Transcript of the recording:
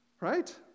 Right